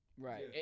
right